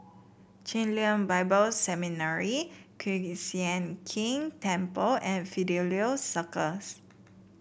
Chen Lien Bible Seminary Kiew Sian King Temple and Fidelio Circus